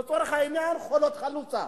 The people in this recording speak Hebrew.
לצורך העניין: חולות חלוצה.